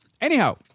Anyhow